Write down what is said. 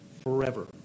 forever